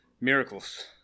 Miracles